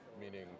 meaning